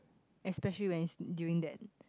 especially when doing that